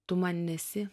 tu man nesi